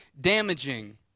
damaging